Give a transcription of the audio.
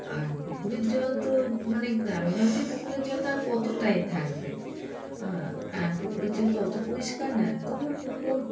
আর পুকুরের জল তো মানে গ্রামেগঞ্জে পুকুরের জল তো আর কতটা এ থাকবে হ্যাঁ আর পুকুরের জল তো অত পরিষ্কার না তবু পুকুর